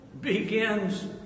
begins